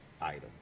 item